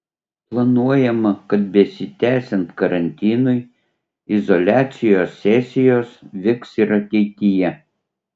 planuojama kad besitęsiant karantinui izoliacijos sesijos vyks ir ateityje